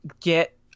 get